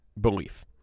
belief